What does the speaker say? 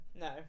No